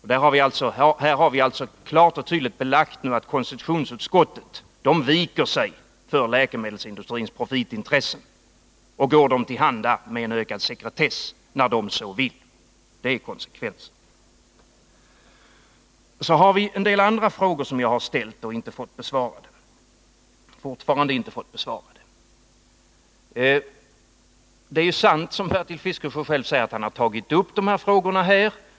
Här har vi alltså klart och tydligt fått belagt att konstitutionsutskottet viker sig för läkemedelsindustrins profitintressen och går den till handa med en ökad sekretess när den så vill. Det är konsekvensen. Jag har emellertid också ställt en del andra frågor, vilka jag fortfarande inte har fått besvarade. Det är sant, som Bertil Fiskesjö själv säger, att han har tagit upp dessa frågor här.